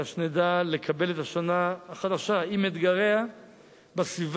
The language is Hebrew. אלא שנדע לקבל את השנה החדשה עם אתגריה בסביבה